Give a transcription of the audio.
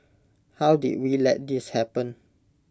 how did we let this happen